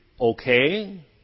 okay